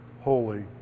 holy